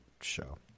show